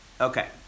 Okay